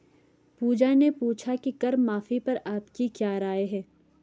पूजा ने पूछा कि कर माफी पर आपकी क्या राय है?